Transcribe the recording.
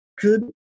Good